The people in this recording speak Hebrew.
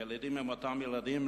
הילדים הם אותם ילדים,